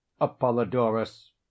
Apollodorus